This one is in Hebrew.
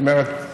זאת אומרת,